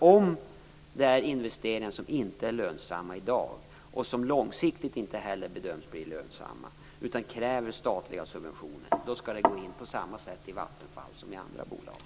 Om det är investeringar som inte är lönsamma i dag, och som inte heller långsiktigt bedöms bli lönsamma utan kräver statliga subventioner, då skall det gå till på samma sätt i Vattenfall som i andra bolag.